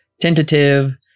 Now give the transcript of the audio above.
Tentative